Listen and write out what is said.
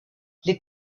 les